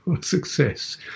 success